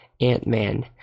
Ant-Man